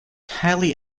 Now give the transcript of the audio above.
highly